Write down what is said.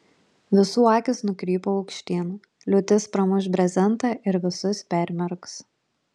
visų akys nukrypo aukštyn liūtis pramuš brezentą ir visus permerks